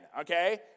okay